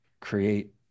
create